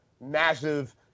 massive